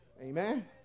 Amen